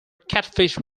catfish